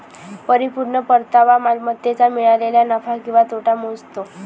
परिपूर्ण परतावा मालमत्तेला मिळालेला नफा किंवा तोटा मोजतो